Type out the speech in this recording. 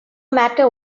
matter